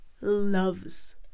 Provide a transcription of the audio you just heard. loves